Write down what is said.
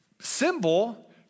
symbol